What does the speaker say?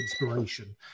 inspiration